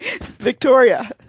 Victoria